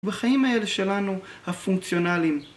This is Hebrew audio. וחיים האלה שלנו הפונקציונליים.